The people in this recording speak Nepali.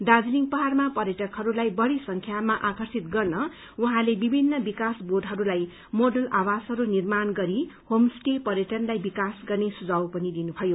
दार्जीलिङ पहाइमा पर्यटफहरूलाई बढ़ी संख्यामा आकर्षित गर्न उढाँले विभिन्न विकास बोर्डहरूलाई मोडल आवासहरू निर्माण गरि होम स्टे पर्यटनलाई विकास गर्ने सुझाव पनि दिनु भयो